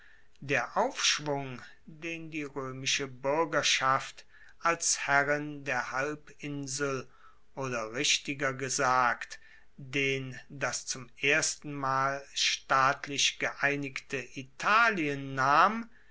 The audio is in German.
der aufschwung den die roemische buergerschaft als herrin der halbinsel oder richtiger gesagt den das zum erstenmal staatlich geeinigte italien nahm